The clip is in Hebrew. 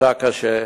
נפצע קשה,